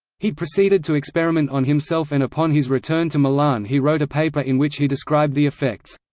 he proceeded to experiment on himself and upon his return to milan he wrote a paper in which he described the effects.